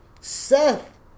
Seth